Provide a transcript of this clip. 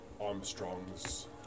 Armstrongs